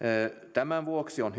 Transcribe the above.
tämän vuoksi on